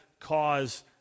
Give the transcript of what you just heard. cause